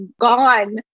gone